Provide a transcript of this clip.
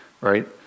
right